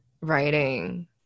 writing